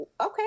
okay